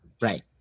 Right